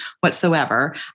whatsoever